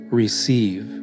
receive